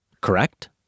correct